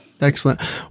Excellent